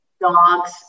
dogs